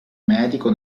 medico